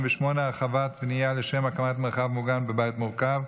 38) (הרחבת בנייה לשם הקמת מרחב מוגן בבית מורכב),